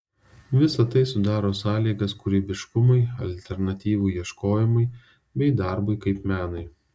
visa tai sudaro sąlygas kūrybiškumui alternatyvų ieškojimui bei darbui kaip menui